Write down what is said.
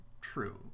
true